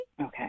Okay